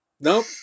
nope